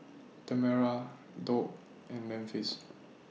Tamera Doug and Memphis